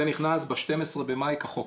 זה נכנס ב-12 במאי כחוק.